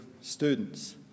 students